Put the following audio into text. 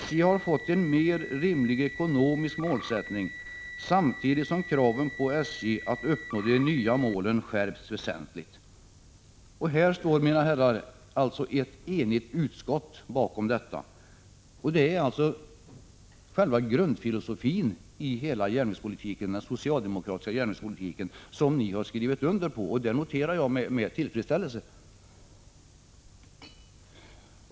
SJ har fått en mera rimlig ekonomisk målsättning, samtidigt som kraven på SJ att uppnå de nya målen skärpts väsentligt. Detta uttalande, mina herrar, står ett enigt utskott bakom. Det är själva grundfilosofin i hela den socialdemokratiska järnvägspolitiken, och det har ni skrivit under på. Det noterar jag med tillfredsställelse.